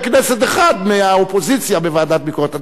כנסת אחד מהאופוזיציה בוועדת הביקורת.